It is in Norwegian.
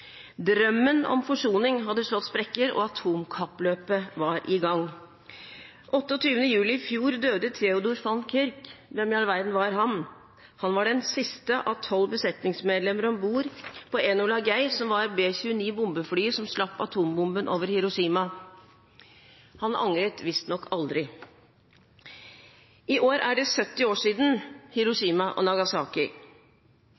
Drømmen om forsoning hadde slått sprekker, og atomkappløpet var i gang. Den 28. juli i fjor døde Theodore van Kirk. Hvem i all verden var han? Han var den siste av tolv besetningsmedlemmer om bord på Enola Gay som var B-29 bombeflyet som slapp atombomben over Hiroshima. Han angret visstnok aldri. I år er det 70 år siden Hiroshima og Nagasaki.